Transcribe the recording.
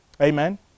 Amen